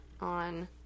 on